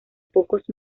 pocos